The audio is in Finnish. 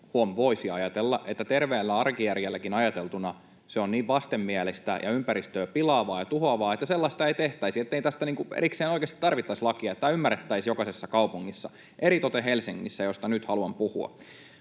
voisi ajatella — että terveellä arkijärjelläkin ajateltuna se on niin vastenmielistä ja ympäristöä pilaavaa ja tuhoavaa, että sellaista ei tehtäisi, niin ettei tästä erikseen oikeasti tarvittaisi lakia ja tämä ymmärrettäisiin jokaisessa kaupungissa, eritoten Helsingissä, josta nyt haluan puhua.